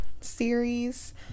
series